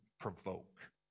provoke